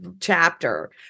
chapter